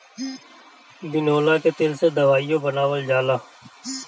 बिनौला के तेल से दवाईओ बनावल जाला